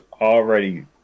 already